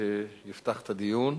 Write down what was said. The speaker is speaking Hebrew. שיפתח את הדיון,